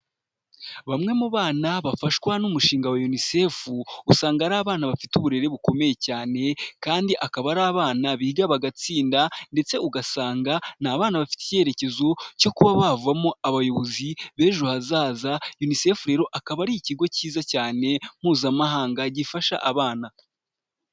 Bamwe mu bana bafashwa n'umushinga wa UNICEF, usanga ari abana bafite uburere bukomeye cyane, kandi akaba ari abana biga bagatsinda, ndetse ugasanga ni abana bafite icyerekezo, cyo kuba bavamo abayobozi b'ejo hazaza, UNICEF rero akaba ari ikigo cyiza cyane, mpuzamahanga gifasha abana.